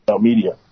media